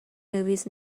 movies